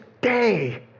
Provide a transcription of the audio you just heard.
day